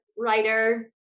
writer